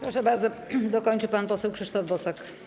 Proszę bardzo, dokończy pan poseł Krzysztof Bosak.